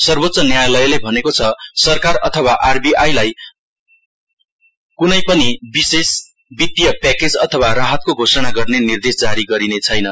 सर्वेच्च न्यायालयले भनेको छ सरकार अथवा आरबीआई लाई कुनै पनि विशेष वितीय प्याकेज अथवा राहतको घोषणा गर्ने निर्देश जारी गरिनेछैन